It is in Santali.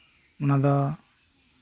ᱚᱱᱟ ᱫᱚ